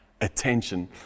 attention